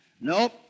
Nope